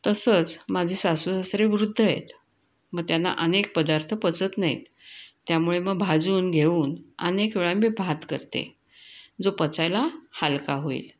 तसंच माझे सासू सासरे वृद्ध आहेत मग त्यांना अनेक पदार्थ पचत नाहीत त्यामुळे मग भाजून घेऊन अनेक वेळा मी भात करते जो पचायला हलका होईल